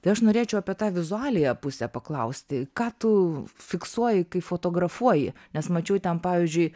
tai aš norėčiau apie tą vizualiąją pusę paklausti ką tu fiksuoji kai fotografuoji nes mačiau ten pavyzdžiui